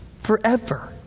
forever